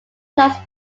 lost